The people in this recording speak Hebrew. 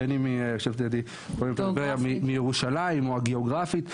בין אם בירושלים או הגאוגרפית,